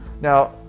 Now